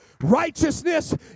Righteousness